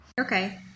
Okay